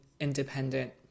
independent